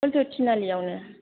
हुलथु थिनालिआवनो